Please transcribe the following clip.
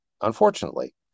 unfortunately